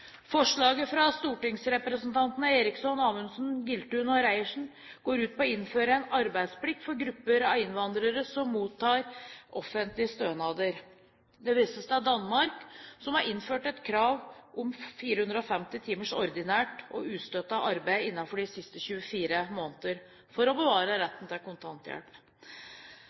Forslaget fra stortingsrepresentantene Eriksson, Amundsen, Giltun og Reiertsen går ut på å innføre en arbeidsplikt for grupper av innvandrere som mottar offentlige stønader. Det vises til Danmark, som har innført et krav om 450 timers ordinært og ustøttet arbeid innenfor de siste 24 månedene for å bevare retten til kontanthjelp.